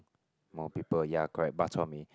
more people ya correct bak chor mee